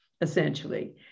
essentially